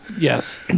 yes